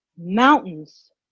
mountains